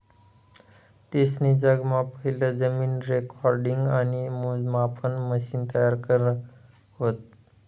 तेसनी जगमा पहिलं जमीन रेकॉर्डिंग आणि मोजमापन मशिन तयार करं व्हतं